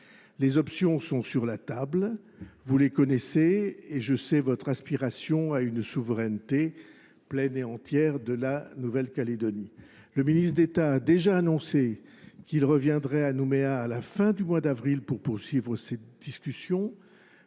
Les options sont sur la table, vous les connaissez, et je sais votre aspiration à une souveraineté pleine et entière de la Nouvelle Calédonie. Le ministre d’État a déjà annoncé qu’il reviendrait à Nouméa à la fin du mois d’avril pour poursuivre ces discussions.